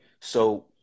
So-